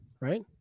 right